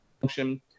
function